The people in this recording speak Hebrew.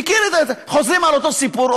חוזרים על אותו סיפור,